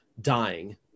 dying